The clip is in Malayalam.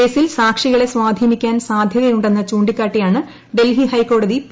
കേസിൽ സാക്ഷികളെ സ്വാധീനിക്കാൻ സാധ്യതയുണ്ടെന്ന് ചൂണ്ടിക്കാട്ടിയാണ് ഡൽഹി ഹൈക്കോടതി പി